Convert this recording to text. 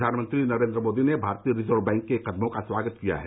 प्रधानमंत्री नरेन्द्र मोदी ने भारतीय रिजर्व बैंक के कदमों का स्वागत किया है